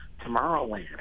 Tomorrowland